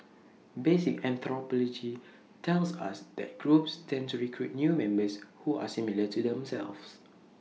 basic anthropology tells us that groups tend to recruit new members who are similar to themselves